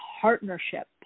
partnership